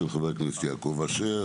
של חברי הכנסת יעקב אשר,